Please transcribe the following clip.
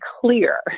clear